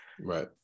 Right